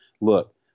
look